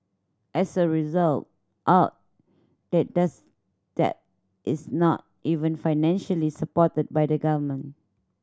as a result art that does that is not even financially supported by the government